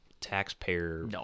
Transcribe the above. taxpayer